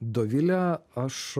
dovile aš